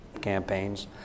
campaigns